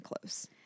close